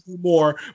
more